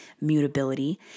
mutability